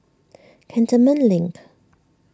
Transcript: Cantonment Link